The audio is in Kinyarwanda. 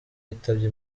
yitabye